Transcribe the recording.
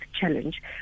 challenge